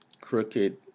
crooked